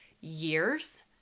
years